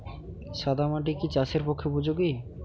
সাদা মাটি কি চাষের পক্ষে উপযোগী?